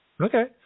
Okay